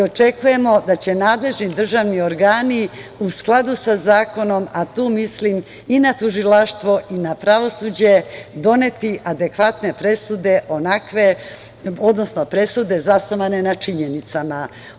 Očekujemo da će nadležni državni organi u skladu sa zakonom, a tu mislim i na Tužilaštvo i na pravosuđe, doneti adekvatne presude, odnosno presude zasnovane na činjenicama.